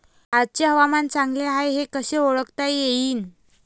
आजचे हवामान चांगले हाये हे कसे ओळखता येईन?